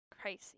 crazy